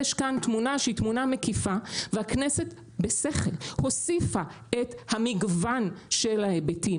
יש כאן תמונה שהיא תמונה מקיפה והכנסת בשכל הוסיפה את המגוון של ההיבטים